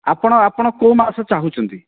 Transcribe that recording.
ଆପଣ ଆପଣ କେଉଁ ମାଛ ଚାହୁଁଛନ୍ତି